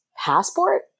passport